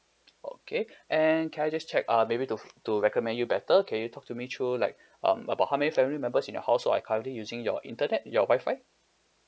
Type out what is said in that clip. okay and can I just check uh maybe to to recommend you better can you talk to me through like um about how many family members in your house also are currently using your internet your Wi-Fi